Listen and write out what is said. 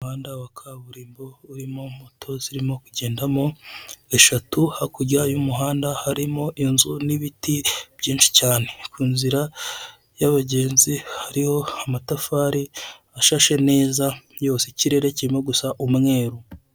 Umuhanda wa kaburimbo urimo moto zirimo kugendamo eshatu, hakurya y'umuhanda harimo inzu n'ibiti byinshi cyane, ku nzira y'abagenzi hariho amatafari ashashe neza yose ikirere kirimo gusa umweru.